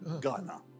Ghana